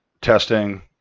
testing